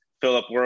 philip